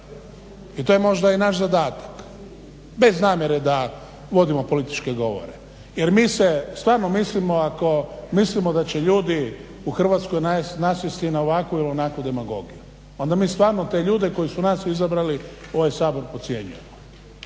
i to je možda i naš zadatak bez namjere da vodimo političke govore. Jer mi se stvarno mislimo ako mislimo da će ljudi u Hrvatskoj nasjesti na ovakvu ili onakvu demagogiju. Onda mi stvarno te ljude koji su nas izabrali u ovaj Sabor podcjenjujemo.